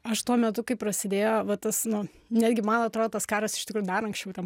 aš tuo metu kai prasidėjo va tas nu netgi man atrodo tas karas iš tikrųjų dar anksčiau ten